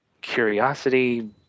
Curiosity